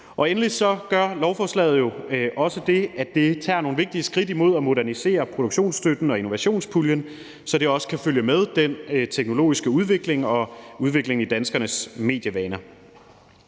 Endelig gør lovforslaget jo også det, at det tager nogle vigtige skridt imod at modernisere produktionsstøtten og innovationspuljen, så den også kan følge med den teknologiske udvikling og udviklingen i danskernes medievaner.